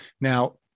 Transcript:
Now